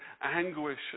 anguish